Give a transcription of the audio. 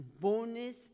bonus